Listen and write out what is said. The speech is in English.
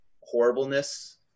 horribleness